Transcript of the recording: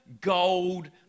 gold